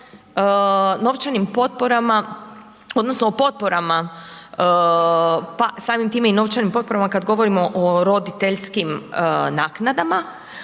novčanim potporama odnosno o potporama, pa samim time i novčanim potporama kada govorimo o roditeljskim naknadama,